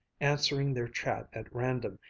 answering their chat at random,